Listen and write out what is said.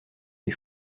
des